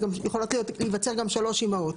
יכולות להיווצר גם שלוש אימהות.